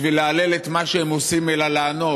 בשביל להלל את מה שהם עושים, אלא לענות.